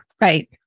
right